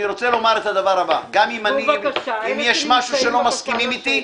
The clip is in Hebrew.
אני רוצה לומר את הדבר הבא: גם אם יש משהו שלא מסכימים איתי,